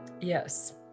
yes